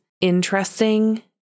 interesting